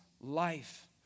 life